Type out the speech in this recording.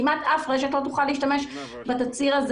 כמעט אף רשת לא תוכל להשתמש בתצהיר הזה